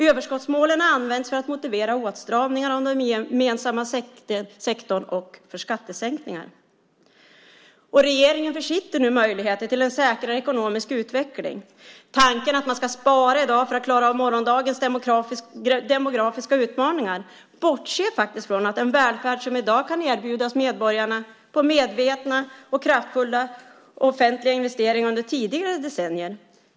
Överskottsmålen används för att motivera åtstramningar av den gemensamma sektorn och för skattesänkningar. Regeringen försitter nu möjligheter till en säkrare ekonomisk utveckling. Tanken att man ska spara i dag för att klara av morgondagens demografiska utmaningar bortser från att den välfärd som i dag kan erbjudas medborgarna bygger på medvetna och kraftfulla offentliga investeringar under tidigare decennier.